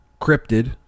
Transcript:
cryptid